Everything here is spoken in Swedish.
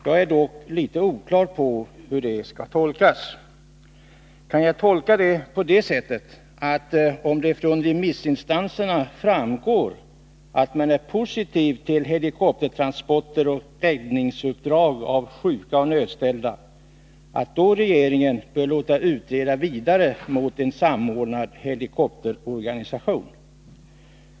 Jag är dock litet oklar på hur det skall tolkas. Kan jag tolka det på det sättet, att om det från remissinstanserna framgår att man är positiv till helikoptertransporter och räddningsuppdrag av sjuka och nödställda regeringen då låter vidare utreda frågan om en samordnad helikopterorganisation.